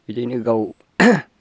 बिदिनो गाव